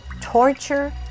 torture